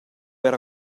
era